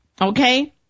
Okay